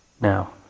Now